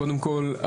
קודם כל,